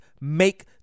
make